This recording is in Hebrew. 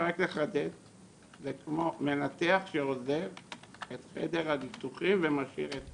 כמו מנתח שעוזב את חדר הניתוחים ומשאיר את